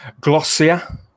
glossier